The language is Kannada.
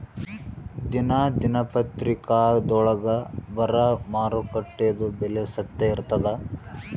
ದಿನಾ ದಿನಪತ್ರಿಕಾದೊಳಾಗ ಬರಾ ಮಾರುಕಟ್ಟೆದು ಬೆಲೆ ಸತ್ಯ ಇರ್ತಾದಾ?